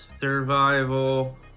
survival